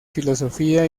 filosofía